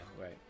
right